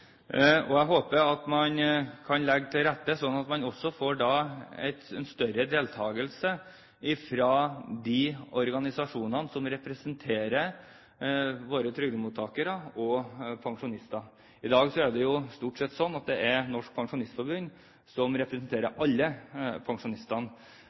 kan legge til rette for at man får større deltakelse fra de organisasjonene som representerer våre trygdemottakere og pensjonister. I dag er det stort sett Norsk Pensjonistforbund som representerer alle pensjonistene. Vi fremmer derfor et forslag som også går på at man prøver å se på om det er